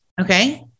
Okay